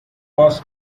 was